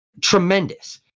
tremendous